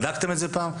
בדקתם את זה פעם?